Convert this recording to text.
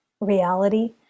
reality